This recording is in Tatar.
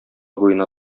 буена